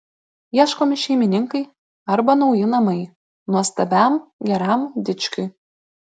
ieškomi šeimininkai arba nauji namai nuostabiam geram dičkiui